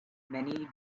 many